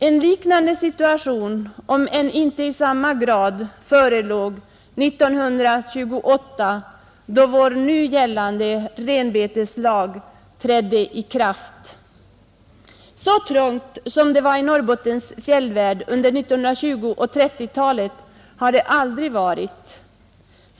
En liknande situation om än inte i samma grad förelåg år 1928 då vår nu gällande renbeteslag trädde i kraft. Så trångt som det var i Norrbottens fjällvärld under 1920 och 1930-talen har det aldrig varit.